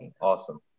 awesome